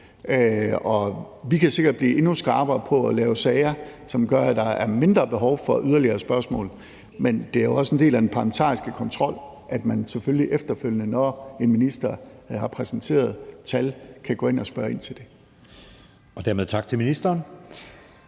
Vi kan sikkert blive endnu skarpere på at lave sager, som gør, at der er mindre behov for yderligere spørgsmål, men det er jo også en del af den parlamentariske kontrol, at man selvfølgelig efterfølgende, når en minister har præsenteret tal, kan gå ind og spørge ind til det. Kl. 11:47 Anden